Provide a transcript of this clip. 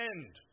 end